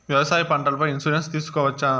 వ్యవసాయ పంటల పై ఇన్సూరెన్సు తీసుకోవచ్చా?